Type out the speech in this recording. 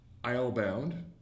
Islebound